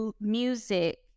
music